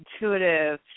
intuitive